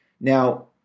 Now